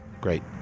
Great